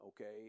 Okay